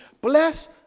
Bless